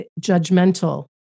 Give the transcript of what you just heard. judgmental